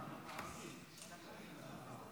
אימאן.